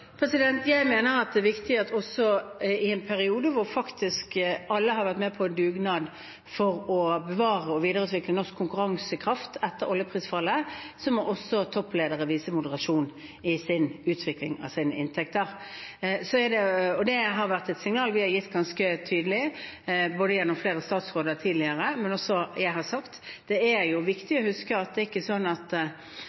Jeg mener det er viktig at i en periode hvor faktisk alle har vært med på en dugnad for å bevare og videreutvikle norsk konkurransekraft etter oljeprisfallet, må også topplederne vise moderasjon i utviklingen av sine inntekter. Det har vært et signal vi har gitt ganske tydelig gjennom flere statsråder tidligere, og som også jeg har sagt. Det er viktig